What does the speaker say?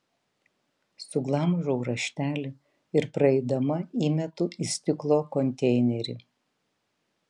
suglamžau raštelį ir praeidama įmetu į stiklo konteinerį